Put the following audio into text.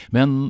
Men